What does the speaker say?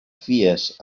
fies